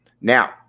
Now